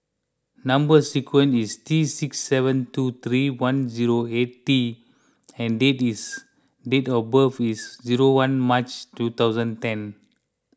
Number Sequence is T six seven two three one zero eight T and day this date of birth is zero one March two thousand ten